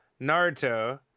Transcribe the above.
Naruto